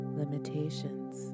limitations